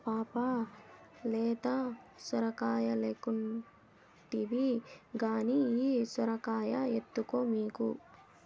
ఓ పాపా లేత సొరకాయలెక్కుంటివి కానీ ఈ సొరకాయ ఎత్తుకో మీకు